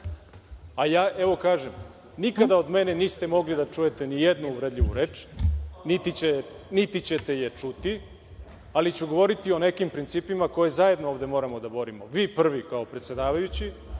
Ja evo kažem, nikada od mene niste mogli da čujete ni jednu uvredljivu reč, niti ćete je čuti, ali ću govoriti o nekim principima koje zajedno ovde moramo da vodimo, vi prvi, kao predsedavajući,